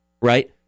right